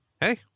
Hey